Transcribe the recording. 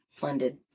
blended